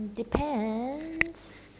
Depends